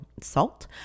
salt